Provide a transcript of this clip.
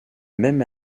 même